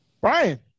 Brian